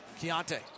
Keontae